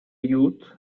youth